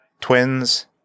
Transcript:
Twins